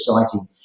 exciting